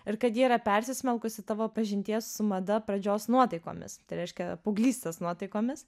ir kad ji yra persismelkusi tavo pažinties su mada pradžios nuotaikomis tai reiškia paauglystės nuotaikomis